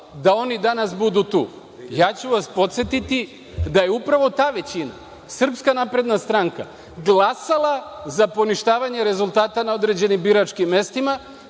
da oni danas budu tu? Ja ću vas podsetiti da je upravo ta većina SNS glasala za poništavanje rezultata na određenim biračkim mestima,